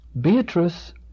Beatrice